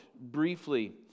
briefly